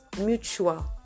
mutual